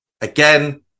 Again